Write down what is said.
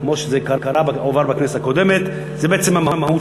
אנחנו עוברים לחוק הבא: